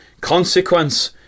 consequence